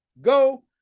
go